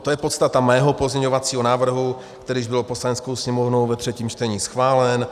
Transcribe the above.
To je podstata mého pozměňovacího návrhu, který již byl Poslaneckou sněmovnou ve třetím čtení schválen.